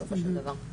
בסופו של דבר.